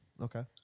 Okay